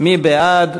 מי בעד?